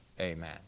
amen